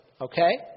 Okay